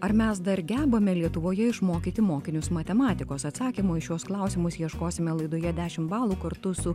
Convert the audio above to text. ar mes dar gebame lietuvoje išmokyti mokinius matematikos atsakymo į šiuos klausimus ieškosime laidoje dešim balų kartu su